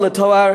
כדי ללמוד לתואר.